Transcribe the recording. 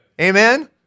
Amen